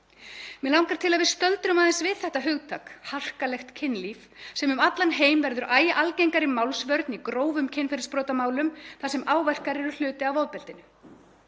Mig langar að við stöldrum aðeins við þetta hugtak, harkalegt kynlíf, sem um allan heim verður æ algengari málsvörn í grófum kynferðisbrotamálum þar sem áverkar eru hluti af ofbeldinu.